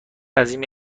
عظیمی